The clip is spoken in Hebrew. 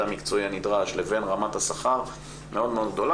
המקצועי הנדרש לבין רמת השכר מאוד גדול,